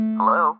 Hello